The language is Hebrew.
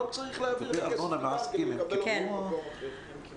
צריך להעביר את הכסף --- כדי לקבל אותו ממקום אחר.